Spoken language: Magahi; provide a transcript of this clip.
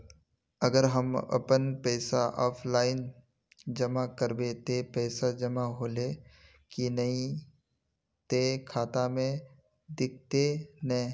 अगर हम अपन पैसा ऑफलाइन जमा करबे ते पैसा जमा होले की नय इ ते खाता में दिखते ने?